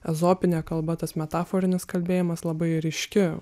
ezopinė kalba tas metaforinis kalbėjimas labai ryški